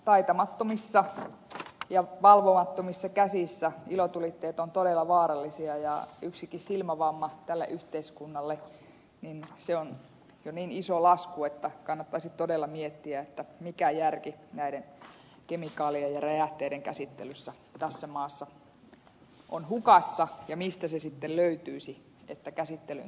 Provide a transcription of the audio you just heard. taitamattomissa ja valvomattomissa käsissä ilotulitteet ovat todella vaarallisia ja yksikin silmävamma tälle yhteiskunnalle on jo niin iso lasku että kannattaisi todella miettiä mikä järki näiden kemikaalien ja räjähteiden käsittelyssä tässä maassa on hukassa ja mistä se sitten löytyisi että käsittelyyn tulisi järki